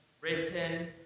written